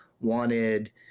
wanted